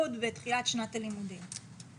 בתחילת שנת הלימודים היו בבידוד אלף כיתות.